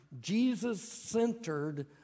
Jesus-centered